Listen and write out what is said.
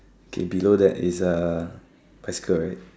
okay below that is a bicycle right